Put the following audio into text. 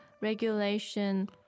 Regulation